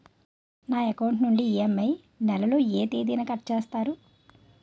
నా అకౌంట్ నుండి ఇ.ఎం.ఐ నెల లో ఏ తేదీన కట్ చేస్తారు?